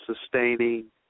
sustaining